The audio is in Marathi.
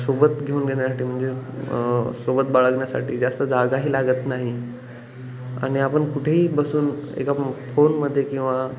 सोबत घेऊन घेण्यासाठी म्हणजे सोबत बाळगण्यासाठी जास्त जागाही लागत नाही आणि आपण कुठेही बसून एका फोनमध्ये किंवा